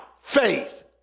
faith